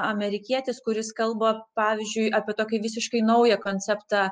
amerikietis kuris kalba pavyzdžiui apie tokį visiškai naują konceptą